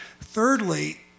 Thirdly